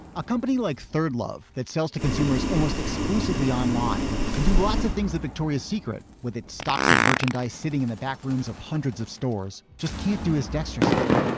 a company like third love that sells to consumers almost exclusively online can do lots of things that victoria's secret, with its stocks, have merchandise sitting in the back rooms of hundreds of stores just can't do his dexterously.